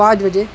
पांच बजे